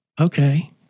Okay